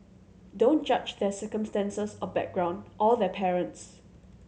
don't judge their circumstances or background or their parents